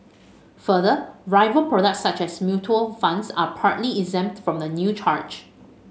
further rival products such as mutual funds are partly exempt from the new charge